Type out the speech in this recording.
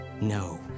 No